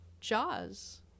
Jaws